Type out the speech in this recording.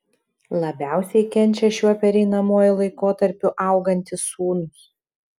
labiausiai kenčia šiuo pereinamuoju laikotarpiu augantys sūnūs